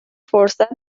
فرصت